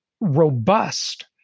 robust